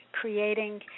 creating